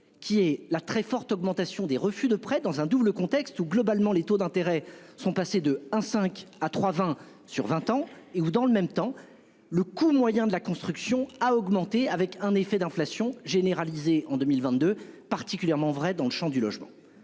Qui est la très forte augmentation des refus de prêts dans un double contexte où globalement les taux d'intérêt sont passés de 1 5 à 3, 20 sur 20 ans et où, dans le même temps le coût moyen de la construction a augmenté avec un effet d'inflation généralisée en 2022 particulièrement vrai dans le Champ du logement